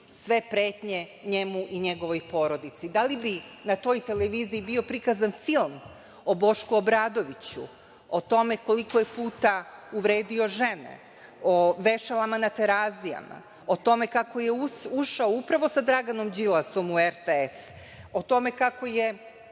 sve pretnje njemu i njegovoj porodici? Da li bi na toj televiziji bio prikazan film o Bošku Obradoviću, o tome koliko je puta uvredio žene, o vešalama na Terazijama, o tome kako je ušao upravo sa Draganom Đilasom u RTS, o tome kako je